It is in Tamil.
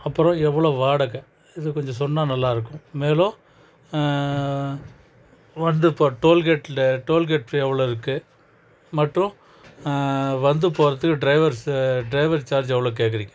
அப்புறம் எவ்வளோ வாடகை இது கொஞ்சம் சொன்னால் நல்லாயிருக்கும் மேலும் வந்து இப்போ டோல்கேட்டில் டோல்கேட் எவ்வளோ இருக்குது மற்றும் வந்து போகிறதுக்கு டிரைவர்ஸ் டிரைவர் சார்ஜ் எவ்வளோ கேட்குறீங்க